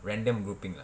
random grouping lah